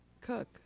cook